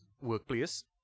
workplace